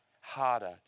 harder